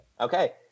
Okay